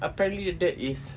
apparently her dad is